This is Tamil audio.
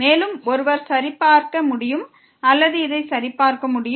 மேலும் அதை ஒருவர் சரிபார்க்க முடியும் அல்லது இதை சரிபார்க்க முடியும்